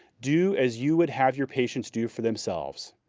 do as you would have your patients do for themselves.